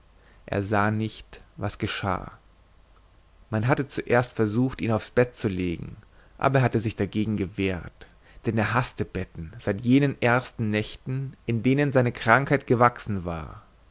er sah nicht was geschah man hatte zuerst versucht ihn auf das bett zu legen aber er hatte sich dagegen gewehrt denn er haßte betten seit jenen ersten nächten in denen seine krankheit gewachsen war